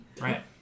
Right